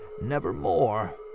nevermore